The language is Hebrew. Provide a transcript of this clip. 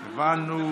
הבנו.